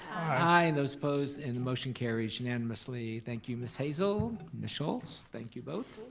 i and those opposed, and the motion carries unanimously. thank you, miss hazel, miss schulz, thank you both.